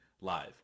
live